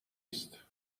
است